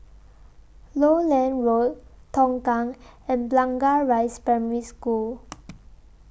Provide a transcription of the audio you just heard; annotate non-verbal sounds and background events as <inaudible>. Lowland Road Tongkang and Blangah Rise Primary School <noise>